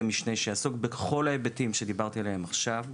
משנה שיעסקו בכל ההיבטים עליהם דיברתי עכשיו.